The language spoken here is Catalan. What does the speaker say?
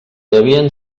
devien